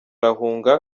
arahunga